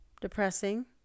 Depressing